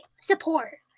support